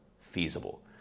feasible